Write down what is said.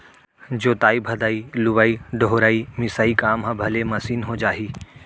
जोतइ भदई, लुवइ डोहरई, मिसाई काम ह भले मसीन हो जाही